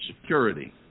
security